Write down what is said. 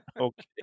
Okay